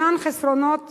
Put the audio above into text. ישנם חסרונות